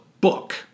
book